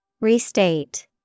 Restate